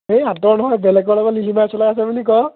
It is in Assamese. এই তই দেখোন বেলেগৰ লগত লিলিমাই চলাই আছ বুলি কয়